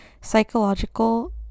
psychological